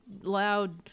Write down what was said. loud